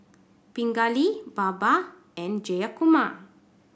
Pingali Baba and Jayakumar